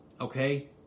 Okay